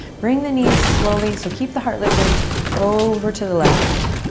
bring the knees slowly, so keep the heart lifted over to the left.